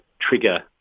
trigger